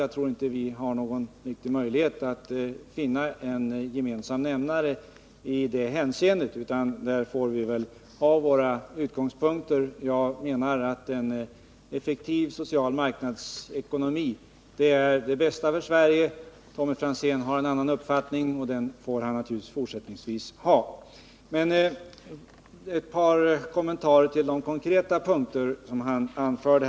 Jag tror inte att vi har någon möjlighet att finna en gemensam nämnare i det hänseendet, utan vi får utgå från våra skilda ståndpunkter. Jag menar att en effektiv social marknadsekonomi är det bästa för Sverige. Tommy Franzén har en annan uppfattning och den får han naturligtvis även fortsättningsvis hävda. Jag vill dock göra ett par kommentarer till de konkreta synpunkter som han anförde.